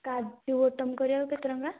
କାଜୁ ବଟନ୍ କରିବାକୁ କେତେ ଟଙ୍କା